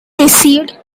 received